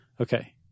Okay